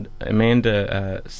Amanda